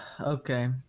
Okay